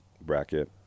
bracket